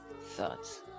thoughts